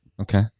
okay